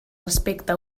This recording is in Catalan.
respecte